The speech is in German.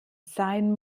sein